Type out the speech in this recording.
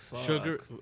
sugar